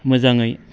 मोजाङै